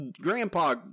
Grandpa